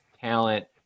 talent